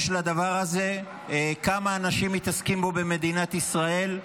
יש לדבר הזה, כמה אנשים מתעסקים בו במדינת ישראל,